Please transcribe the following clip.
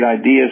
Ideas